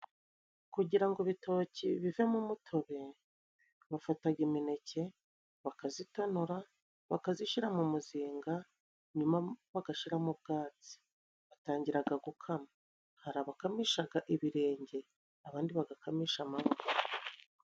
Kugira ngo ibitoki bivemo umutobe bafata imineke bakayitonora bakayishyira mu muzinga nyuma bagashyiramo ubwatsi, batangira gukama. Hari abakamisha ibirenge abandi bagakamisha amaboko.